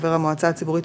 "חבר המועצה הציבורית,